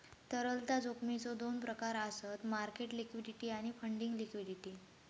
तरलता जोखमीचो दोन प्रकार आसत मार्केट लिक्विडिटी आणि फंडिंग लिक्विडिटी